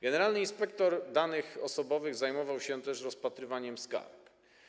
Generalny inspektor danych osobowych zajmował się też rozpatrywaniem skarg.